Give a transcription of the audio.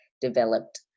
developed